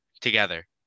together